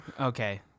Okay